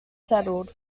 settled